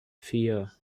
vier